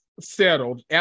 Settled